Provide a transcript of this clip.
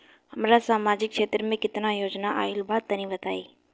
हमरा समाजिक क्षेत्र में केतना योजना आइल बा तनि बताईं?